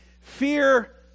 Fear